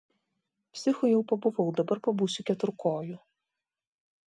psichu jau pabuvau dabar pabūsiu keturkoju